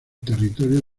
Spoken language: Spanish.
territorio